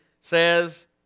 says